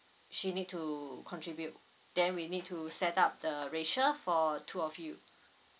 she need to contribute then we need to set up the ratio for two of you